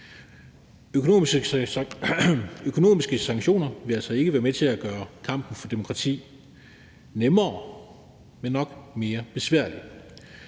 Økonomiske sanktioner vil altså ikke være med til at gøre kampen for demokrati nemmere, men nok mere besværlig,